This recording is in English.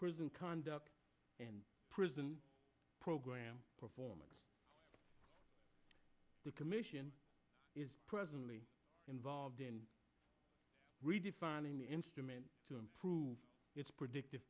prison conduct and prison program performance the commission is presently involved in redefining the instrument to improve its predict